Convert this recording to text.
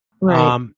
Right